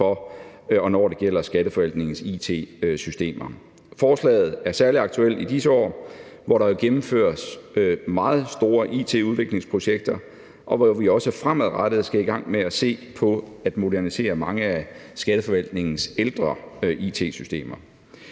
når det gælder Skatteforvaltningens it-systemer. Forslaget er særlig aktuelt i disse år, hvor der gennemføres meget store it-udviklingsprojekter, og hvor vi også fremadrettet skal i gang med at se på en modernisering af mange af Skatteforvaltningens ældre it-systemer.